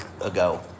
ago